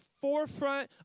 forefront